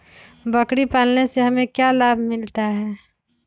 बकरी पालने से हमें क्या लाभ मिलता है?